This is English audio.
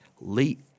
late